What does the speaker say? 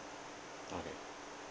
okay